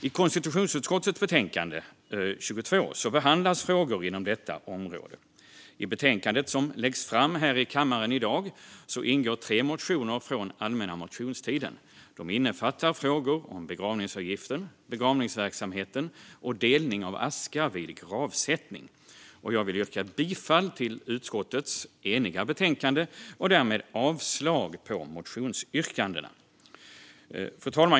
I konstitutionsutskottets betänkande 22 som läggs fram här i kammaren i dag behandlas frågor inom detta område. I betänkandet behandlas också tre motioner från allmänna motionstiden. De innefattar frågor om begravningsavgiften, begravningsverksamheten och delning av aska vid gravsättning. Jag vill yrka bifall till utskottets eniga förslag och därmed avslag på motionsyrkandena. Fru talman!